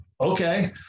Okay